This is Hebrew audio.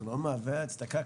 זה לא מהווה הצדקה?